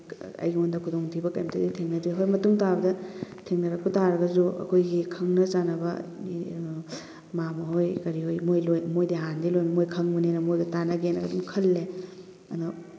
ꯑꯩꯉꯣꯟꯗ ꯈꯨꯗꯣꯡꯊꯤꯕ ꯀꯩꯝꯇꯗꯤ ꯊꯦꯡꯅꯗ꯭ꯔꯤ ꯍꯣꯏ ꯃꯇꯨꯡ ꯇꯥꯕꯗ ꯊꯦꯡꯅꯔꯛꯄ ꯇꯥꯔꯒꯁꯨ ꯑꯩꯈꯣꯏꯒꯤ ꯈꯪꯅ ꯆꯥꯟꯅꯕ ꯃꯥꯝꯃꯍꯣꯏ ꯀꯔꯤꯍꯣꯏ ꯃꯣꯏ ꯂꯣꯏ ꯃꯣꯏꯗꯤ ꯍꯥꯟꯅꯗꯩ ꯂꯣꯏ ꯃꯣꯏ ꯈꯪꯕꯅꯤꯅ ꯃꯣꯏꯒ ꯇꯥꯟꯅꯒꯦꯅ ꯑꯗꯨꯝ ꯈꯜꯂꯦ ꯑꯗꯣ